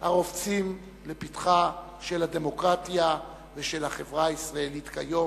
הרובצים לפתחה של הדמוקרטיה ושל החברה הישראלית כיום,